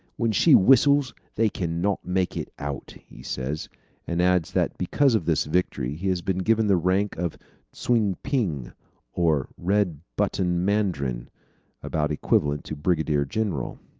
when she whistles they cannot make it out, he says and adds that because of this victory he has been given the rank of tsung-ping, or red button mandarin about equivalent to brigadier general.